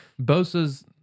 Bosa's